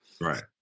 Right